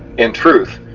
in truth,